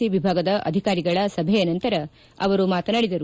C ವಿಭಾಗದ ಅಧಿಕಾರಿಗಳ ಸಭೆಯ ನಂತರ ಅವರು ಮಾತನಾಡಿದರು